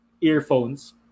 earphones